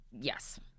Yes